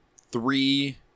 three